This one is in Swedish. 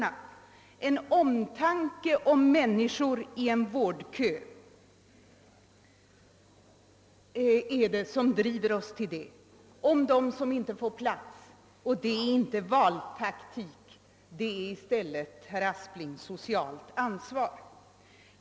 Det är omtanken om människor i en vårdkö som driver oss till det, omtanken om de människor som inte får plats. Det är inte valtaktik, herr Aspling, det är socialt ansvar!